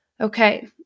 Okay